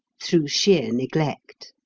through sheer neglect.